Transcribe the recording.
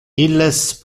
illes